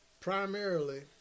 Primarily